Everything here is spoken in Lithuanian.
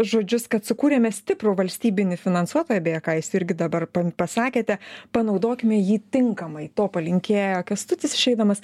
žodžius kad sukūrėme stiprų valstybinį finansuotoją beje ką jūs irgi dabar pasakėte panaudokime jį tinkamai to palinkėjo kęstutis išeidamas